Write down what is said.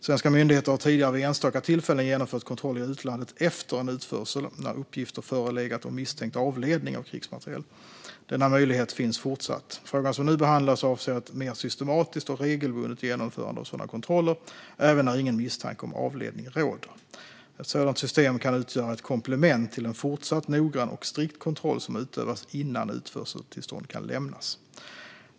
Svenska myndigheter har tidigare vid enstaka tillfällen genomfört kontroller i utlandet efter en utförsel, när uppgifter förelegat om misstänkt avledning av krigsmateriel. Denna möjlighet finns fortsatt. Frågan som nu behandlas avser ett mer systematiskt och regelbundet genomförande av sådana kontroller, även när ingen misstanke om avledning råder. Ett sådant system kan utgöra ett komplement till en fortsatt noggrann och strikt kontroll som utövas innan utförseltillstånd kan lämnas.